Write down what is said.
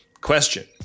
Question